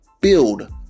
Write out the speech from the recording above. build